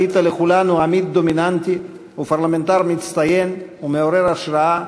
היית לכולנו עמית דומיננטי ופרלמנטר מצטיין ומעורר השראה,